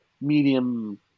medium